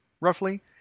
roughly